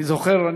אני זוכר,